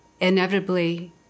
inevitably